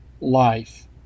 life